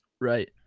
right